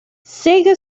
sega